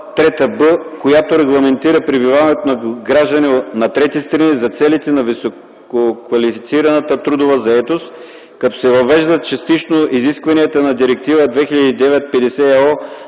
„б”, която регламентира пребиваването на граждани на трети страни за целите на висококвалифицирана трудова заетост, като се въвеждат частично изискванията на Директива 2009/50/ЕО